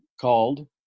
called